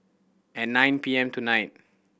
at nine P M tonight